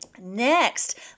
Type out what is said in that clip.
Next